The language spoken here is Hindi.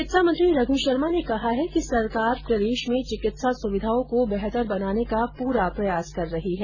चिकित्सा मंत्री रघ् शर्मा ने कहा है कि सरकार प्रदेश में चिकित्सा सुविधाओं को बेहतर बनाने का पूरा प्रयास कर रही है